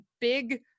big